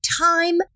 Time